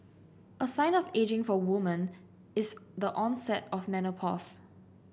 a sign of ageing for a woman is the onset of menopause